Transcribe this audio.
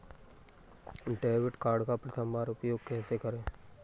Debit card का प्रथम बार उपयोग कैसे करेंगे?